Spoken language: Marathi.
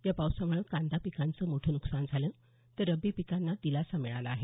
या पावसामुळे कांदा पिकाचं नुकसान झालं तर रब्बी पिकांना दिलासा मिळाला आहे